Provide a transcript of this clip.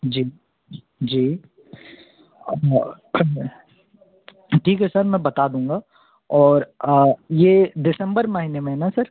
जी जी ठीक है सर मैं बता दूँगा और ये दिसंबर महीने में है ना सर